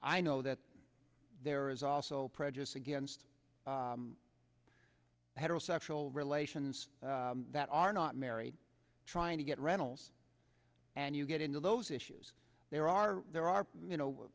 i know that there is also prejudice against heterosexual relations that are not married trying to get rentals and you get into those issues there are there are